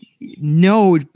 no